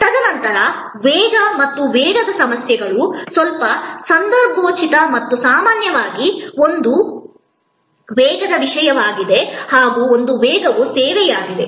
ತದನಂತರ ವೇಗ ಮತ್ತು ವೇಗದ ಸಮಸ್ಯೆಗಳು ಸ್ವಲ್ಪ ಸಂದರ್ಭೋಚಿತ ಮತ್ತು ನಾವು ಸಾಮಾನ್ಯವಾಗಿ ಒಂದು ವೇಗವು ಸೇವೆಯಾಗಿದೆ